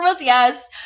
yes